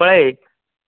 पळय